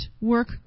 work